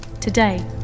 Today